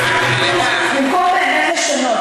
במקום באמת לשנות.